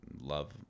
love